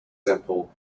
semple